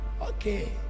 Okay